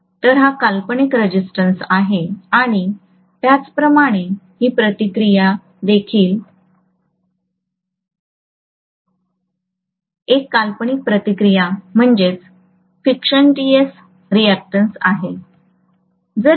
तर हा काल्पनिक रेजिस्टन्स आहे आणि त्याचप्रमाणे ही प्रतिक्रिया देखील एक काल्पनिक प्रतिक्रिया आहे